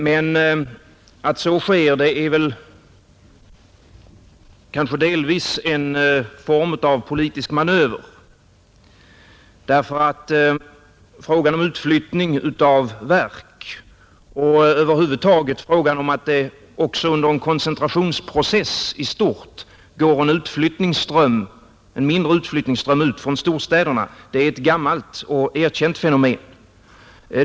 Men att så sker är kanske delvis en form av politisk manöver, därför att frågan om utflyttningen av verk — och över huvud taget frågan om att det även under en koncentrationsprocess går en mindre utflyttningsström ut från storstäderna — är ett gammalt och erkänt fenomen.